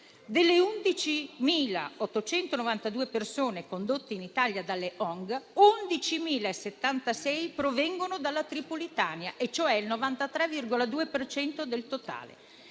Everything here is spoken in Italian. Delle 11.892 persone condotte in Italia dalle ONG, 11.076 provengono dalla Tripolitania, cioè il 93,2 per cento